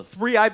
Three